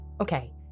Okay